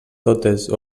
totes